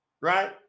right